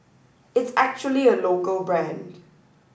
it's actually a local brand